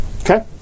Okay